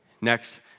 Next